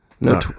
No